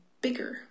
bigger